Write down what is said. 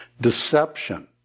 deception